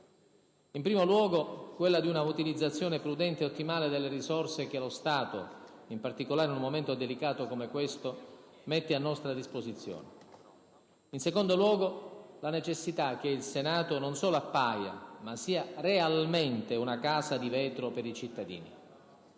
In primo luogo, quella di una utilizzazione prudente e ottimale delle risorse che lo Stato, in particolare in un momento delicato come questo, mette a nostra disposizione. In secondo luogo, la necessità che il Senato non solo appaia, ma sia realmente una casa di vetro per i cittadini.